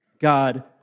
God